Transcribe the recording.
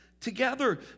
together